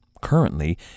Currently